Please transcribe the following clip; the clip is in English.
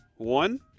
One